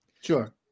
Sure